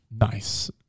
Nice